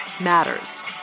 matters